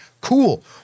Cool